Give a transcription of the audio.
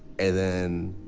and then,